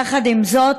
יחד עם זאת,